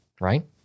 right